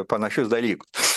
panašius dalykus